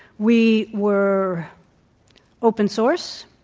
we were open source,